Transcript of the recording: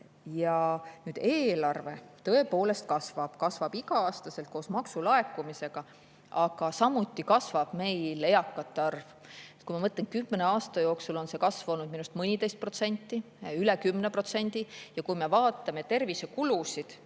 Nüüd, eelarve tõepoolest kasvab, kasvab iga-aastaselt koos maksulaekumisega, aga samuti kasvab meil eakate arv. Kui ma mõtlen, kümne aasta jooksul on see kasvanud minu arust mõniteist protsenti, üle 10%, ja kui me vaatame tervisekulusid